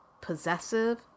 possessive